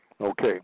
Okay